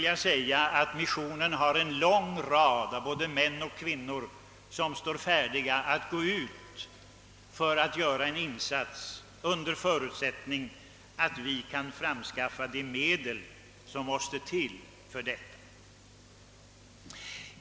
Ja, missionen har en lång rad av män och kvinnor, som står färdiga att gå ut för att göra en insats under förutsättning att vi kan skaffa fram de medel som behövs.